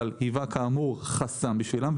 אבל היווה חסם בשבילם,